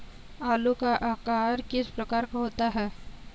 आलू का आकार किस प्रकार का होता है?